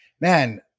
man